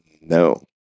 No